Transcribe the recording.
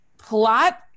Plot